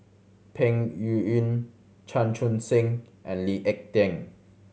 Peng Yuyun Chan Chun Sing and Lee Ek Tieng